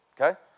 Okay